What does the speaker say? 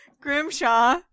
Grimshaw